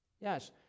Yes